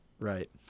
Right